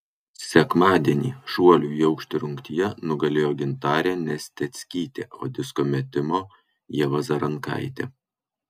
sekmadienį šuolių į aukštį rungtyje nugalėjo gintarė nesteckytė o disko metimo ieva zarankaitė